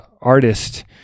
artist